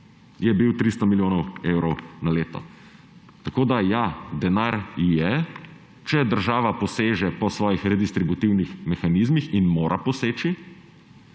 je bil 300 milijonov evrov na leto. Ja, denar je, če država poseže po svojih redistributivnih mehanizmih, in mora poseči,